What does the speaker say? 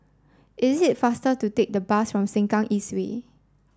it faster to take the bus to Sengkang East Way